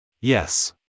Yes